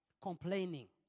complaining